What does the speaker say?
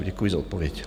Děkuji za odpověď.